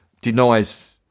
denies